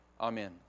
Amen